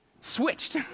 switched